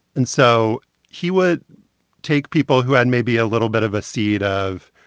and so he would take people who had maybe a little bit of a seed of.